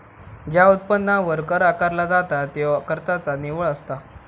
ज्या उत्पन्नावर कर आकारला जाता त्यो खर्चाचा निव्वळ असता